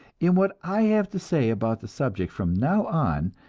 in what i have to say about the subject from now on,